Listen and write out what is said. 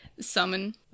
Summon